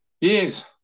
Yes